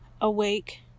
awake